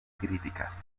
críticas